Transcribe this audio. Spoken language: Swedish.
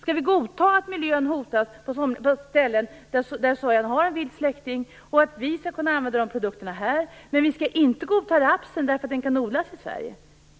Skall vi godta att miljön hotas på ställen där sojan har en vild släkting och att vi skall kunna använda de produkterna här, men inte godta rapsen, därför att den kan odlas i Sverige?